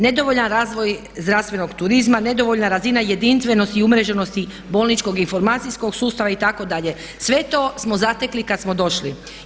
Nedovoljan razvoj zdravstvenog turizma, nedovoljna razina jedinstvenosti i umreženosti bolničkog informacijskog sustava itd., sve to smo zatekli kada smo došli.